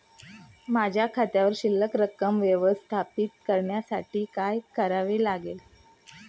माझ्या खात्यावर शिल्लक रक्कम व्यवस्थापित करण्यासाठी काय करावे लागेल?